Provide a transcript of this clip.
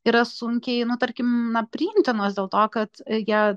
yra sunkiai nu tarkim na priimtinos dėl to kad jie